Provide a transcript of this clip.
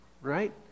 right